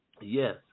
yes